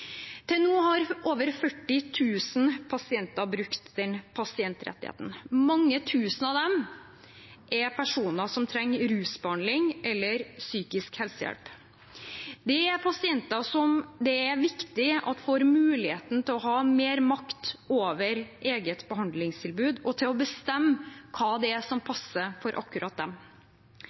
Til nå har over 40 000 pasienter brukt den pasientrettigheten. Mange tusen av dem er personer som trenger rusbehandling eller psykisk helsehjelp. Det er pasienter som det er viktig får mulighet til å ha mer makt over eget behandlingstilbud og til å bestemme hva som passer for akkurat dem.